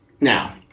Now